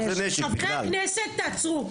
חברי הכנסת, תעצרו.